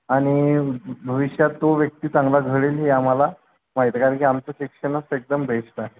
आणि भविष्यात तो व्यक्ती चांगला घडेल हे आम्हाला माहीत आहे कारण आमचं शिक्षणच एकदम बेस्ट आहे